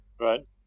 Right